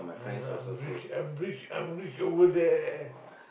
my-God I'm rich I'm rich I'm rich over there